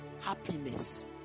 happiness